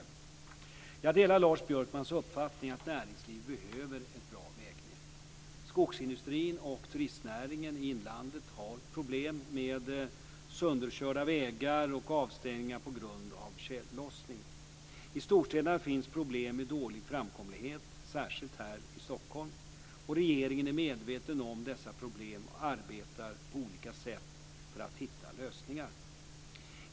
Jag delar Lars Björkmans uppfattning att näringslivet behöver ett bra vägnät. Skogsindustrin och turistnäringen i inlandet har problem med sönderkörda vägar och avstängningar på grund av tjällossning. I storstäderna finns problem med dålig framkomlighet, särskilt här i Stockholm. Regeringen är medveten om dessa problem och arbetar på olika sätt för att hitta lösningar.